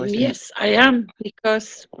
and yes i am because.